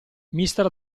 mister